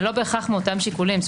זה לא בהכרח מאותם שיקולים.